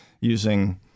using